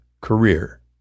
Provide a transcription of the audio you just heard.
career